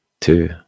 two